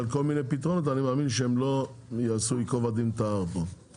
כל מיני פתרונות אני מאמין שהם לא יעשו ייקוב הדין את ההר פה.